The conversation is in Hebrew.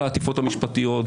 לכן מעבר לכל העטיפות המשפטיות,